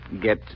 Get